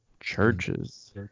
churches